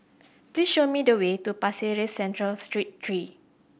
please show me the way to Pasir Ris Central Street three